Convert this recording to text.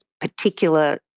particular